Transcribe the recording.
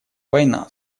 война